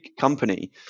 company